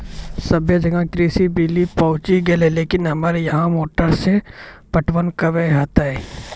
सबे जगह कृषि बिज़ली पहुंची गेलै लेकिन हमरा यहाँ मोटर से पटवन कबे होतय?